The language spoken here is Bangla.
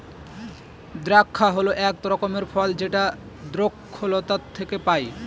দ্রাক্ষা হল এক রকমের ফল যেটা দ্রক্ষলতা থেকে পায়